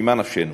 ממה נפשנו?